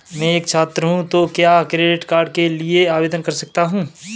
मैं एक छात्र हूँ तो क्या क्रेडिट कार्ड के लिए आवेदन कर सकता हूँ?